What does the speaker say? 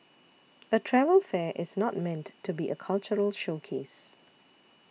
a travel fair is not meant to be a cultural showcase